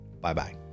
Bye-bye